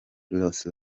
rolls